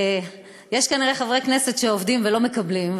יש כנראה חברי כנסת שעובדים ולא מקבלים,